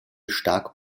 stark